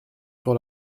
sur